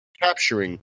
capturing